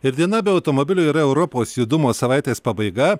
ir diena be automobilių yra europos judumo savaitės pabaiga